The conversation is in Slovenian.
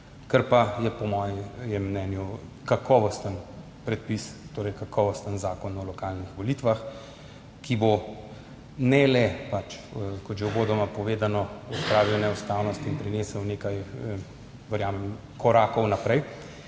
Kar pa je po mojem mnenju kakovosten predpis, torej kakovosten zakon o lokalnih volitvah, ki bo ne le, kot že uvodoma povedano, odpravil neustavnosti in prinesel nekaj, verjamem, korakov naprej,